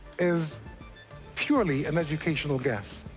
is purely an educational guess.